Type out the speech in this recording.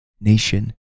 nation